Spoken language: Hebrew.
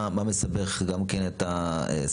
מה מסבך גם כן את הסוחר,